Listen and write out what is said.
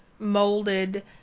molded